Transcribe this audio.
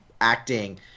acting